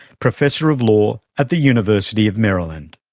professor of law at the university of maryland.